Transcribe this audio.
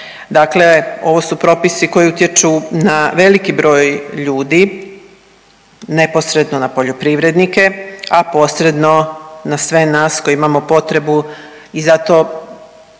Dakle, ovo su propisi koji utječu na veliki broj ljudi, neposredno na poljoprivrednike, a posredno na sve nas koji imamo potrebu i zato